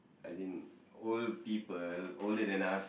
as in old people older than us